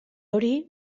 hori